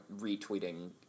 retweeting